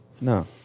No